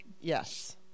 Yes